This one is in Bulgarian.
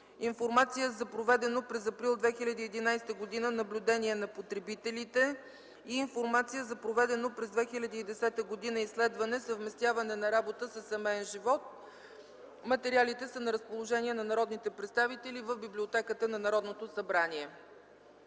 информация за проведено през м. април 2011 г. наблюдение на потребителите и – информация за проведено през 2010 г. изследване „Съвместяване на работа със семеен живот”. Материалите са на разположение на народните представители в Библиотеката на Народното събрание.